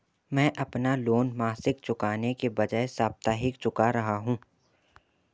मैं अपना लोन मासिक चुकाने के बजाए साप्ताहिक चुका रहा हूँ